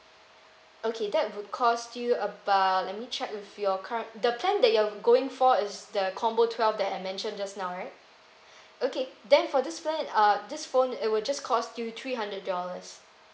okay that would cost you about let me check with your cur~ the plan that you're going for is the combo twelve that I mentioned just now right okay then for this plan uh this phone it will just cost you three hundred dollars